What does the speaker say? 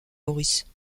maurice